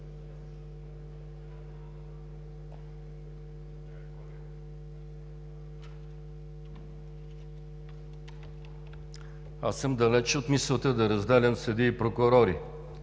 Аз съм далеч от мисълта да разделям съдии и прокурори.